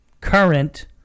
current